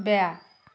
বেয়া